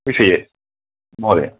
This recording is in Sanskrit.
विषये महोदय